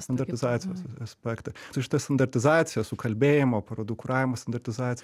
standartizacijos aspektą su šita standartizacija su kalbėjimo parodų kuravimo standartizacija